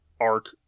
arc